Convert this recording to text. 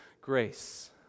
grace